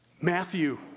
Matthew